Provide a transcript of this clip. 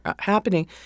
happening